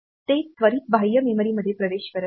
ते त्वरित बाह्य मेमरीमध्ये प्रवेश करत नाही